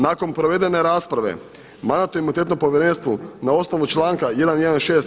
Nakon provedene rasprave Mandatno-imunitetno povjerenstvo na osnovu članka 116.